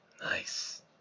Nice